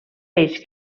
eix